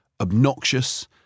obnoxious